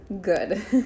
good